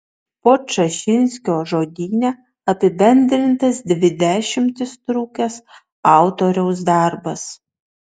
podčašinskio žodyne apibendrintas dvi dešimtis trukęs autoriaus darbas